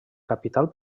capital